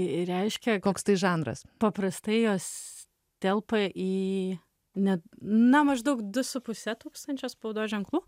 ir reiškia koks tai žanras paprastai jos telpa į net na maždaug du su puse tūkstančio spaudos ženklų